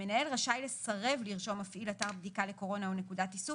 המנהל רשאי לסרב לרשום מפעיל אתר בדיקה לקורונה או נקודת איסוף